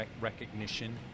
recognition